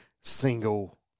single